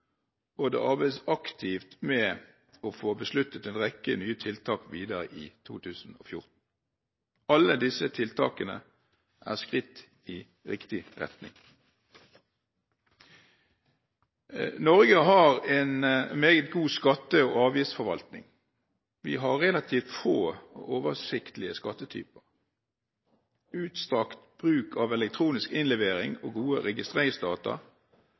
og det arbeides aktivt med å få besluttet en rekke nye tiltak videre i 2014. Alle disse tiltakene er skritt i riktig retning. Norge har en meget god skatte- og avgiftsforvaltning. Vi har relativt få og oversiktlige skattetyper. Utstrakt bruk av elektronisk innlevering og gode registreringsdata